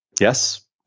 yes